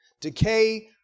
decay